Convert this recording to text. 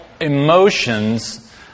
emotions